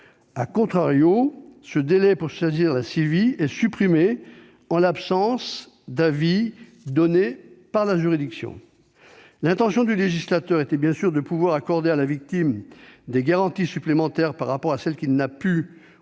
juridiction., ce délai pour saisir la CIVI est supprimé en l'absence d'avis donné par la juridiction. L'intention du législateur était bien sûr d'accorder à la victime des garanties supplémentaires par rapport à celle qui n'a pu, au